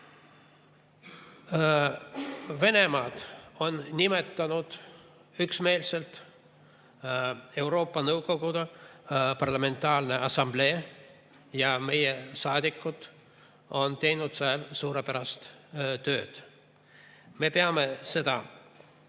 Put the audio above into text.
režiimiga riigiks] üksmeelselt Euroopa Nõukogu Parlamentaarne Assamblee ja meie saadikud on teinud seal suurepärast tööd. Me peame seda